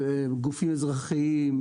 גופים אזרחיים,